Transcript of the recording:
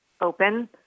open